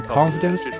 confidence